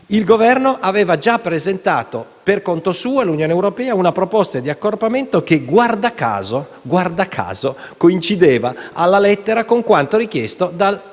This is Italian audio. il Governo aveva già presentato per conto suo all'Unione europea una proposta di accorpamento che - guarda caso - coincideva alla lettera con quanto richiesto dal